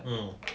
mm